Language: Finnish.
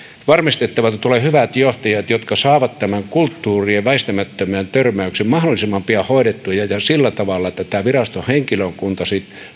varmistettava että tulee hyvät johtajat jotka saavat tämän kulttuurien väistämättömän törmäyksen mahdollisimman pian hoidettua ja ja sillä tavalla viraston henkilökunta